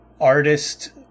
artist